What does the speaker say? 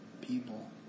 people